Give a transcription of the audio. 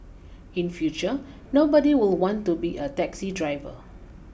in future nobody will want to be a taxi driver